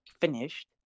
finished